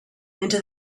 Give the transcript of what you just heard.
into